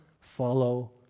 follow